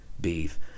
beef